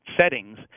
settings